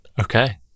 Okay